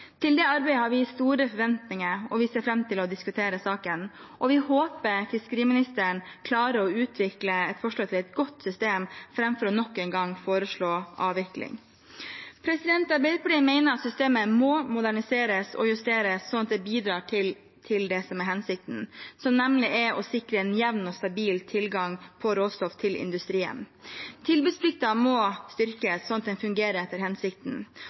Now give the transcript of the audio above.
Til det arbeidet har vi store forventninger, og vi ser fram til å diskutere saken. Vi håper fiskeriministeren klarer å utvikle et forslag til et godt system, framfor nok en gang å foreslå avvikling. Arbeiderpartiet mener at systemet må moderniseres og justeres, sånn at det bidrar til det som er hensikten, nemlig å sikre jevn og stabil tilgang på råstoff til industrien. Tilbudsplikten må styrkes, slik at den fungerer etter hensikten.